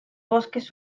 bosques